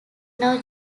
now